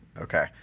okay